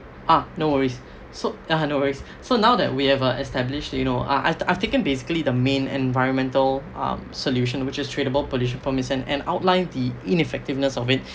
ah no worries so ah no worries so now that we have uh established you know I I've taken basically the main environmental um solution which is tradable pollution permits and outline the ineffectiveness of it